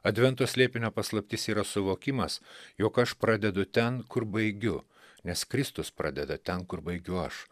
advento slėpinio paslaptis yra suvokimas jog aš pradedu ten kur baigiu nes kristus pradeda ten kur baigiu aš